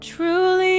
Truly